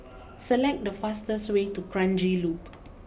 select the fastest way to Kranji Loop